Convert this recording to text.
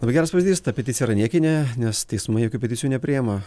labai geras pavyzdys ta peticija yra niekinė nes teismai jokių peticijų nepriėma